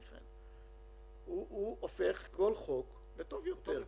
מיכאל מלכיאלי הוא הופך כל חוק לטוב יותר,